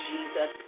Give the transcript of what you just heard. Jesus